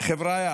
חבריא,